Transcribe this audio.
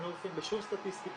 הם לא מופיעים בשום סטטיסטיקה,